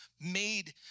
made